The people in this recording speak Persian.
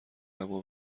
اما